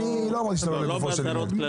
לא אמרתי שאתה לא מדבר לגופו של עניין.